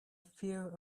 fear